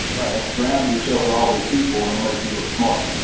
right. and surround yourself with all those people and they'll make you look smart.